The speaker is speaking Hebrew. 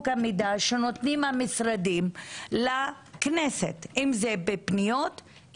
המידע מהמשרדים לכנסת אם זה בפניות,